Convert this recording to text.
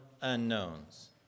unknowns